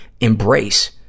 embrace